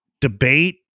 debate